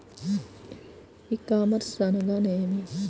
ఈ కామర్స్ అనగా నేమి?